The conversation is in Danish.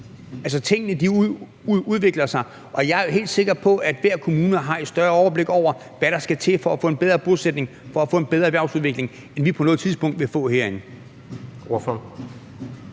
ikke. Tingene udvikler sig, og jeg er helt sikker på, at hver kommune har et større overblik over, hvad der skal til for at få en bedre bosætning, for at få en bedre erhvervsudvikling, end vi på noget tidspunkt vil få herinde.